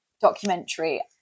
documentary